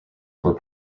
were